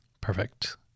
Perfect